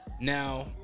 Now